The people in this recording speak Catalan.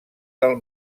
del